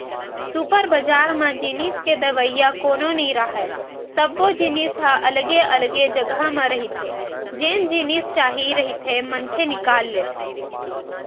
super बजार म जिनिस के देवइया कोनो नइ राहय, सब्बो जिनिस ह अलगे अलगे जघा म रहिथे जेन जिनिस चाही रहिथे मनखे निकाल लेथे